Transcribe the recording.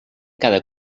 cada